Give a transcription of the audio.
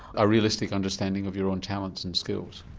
a realistic understanding of your own talents and skills?